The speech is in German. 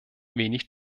wenig